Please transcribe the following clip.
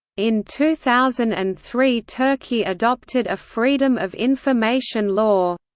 in two thousand and three turkey adopted a freedom of information law.